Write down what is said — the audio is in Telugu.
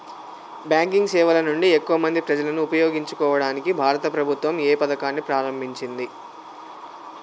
బ్యాంకింగ్ సేవల నుండి ఎక్కువ మంది ప్రజలను ఉపయోగించుకోవడానికి భారత ప్రభుత్వం ఏ పథకాన్ని ప్రారంభించింది?